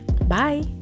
bye